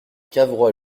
cavrois